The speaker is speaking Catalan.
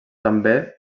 també